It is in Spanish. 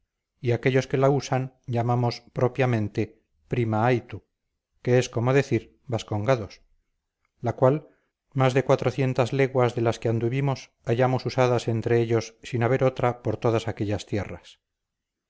y aquellos que la usan llamamos propiamente primahaitu que es como decir vascongados la cual más de cuatrocientas leguas de las que anduvimos hallamos usadas entre ellos sin haber otra por todas aquellas tierras